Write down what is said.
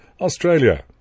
Australia